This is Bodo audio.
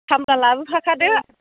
खामला लाबोफाखादो